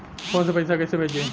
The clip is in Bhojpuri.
फोन से पैसा कैसे भेजी?